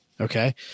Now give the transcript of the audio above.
Okay